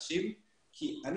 והם